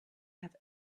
have